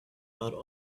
bought